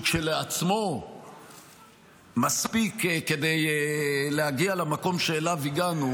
שהוא כשלעצמו מספיק כדי להגיע למקום שאליו הגענו,